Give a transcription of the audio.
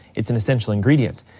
it's an essential ingredient.